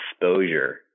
exposure